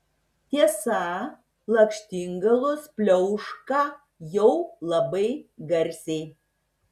tiesa lakštingalos pliauška jau labai garsiai